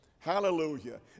hallelujah